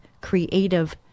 creative